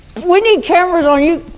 we need cameras on you.